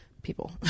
people